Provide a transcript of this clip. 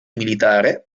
militare